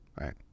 right